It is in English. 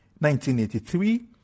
1983